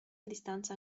distanza